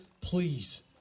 please